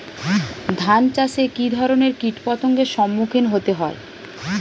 ধান চাষে কী ধরনের কীট পতঙ্গের সম্মুখীন হতে হয়?